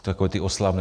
Takové ty oslavné.